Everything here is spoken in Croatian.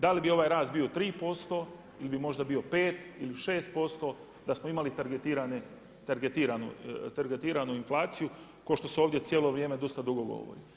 Da li bi ovaj rast bio 3% ili bi možda bio 5 ili 6%, da smo imali targetiranu inflaciju, ko što se ovdje cijelo vrijeme dosta dugo govori.